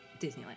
Disneyland